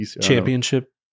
Championship